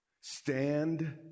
stand